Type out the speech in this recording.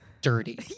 dirty